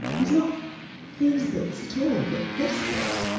is not these bits at all but this bit.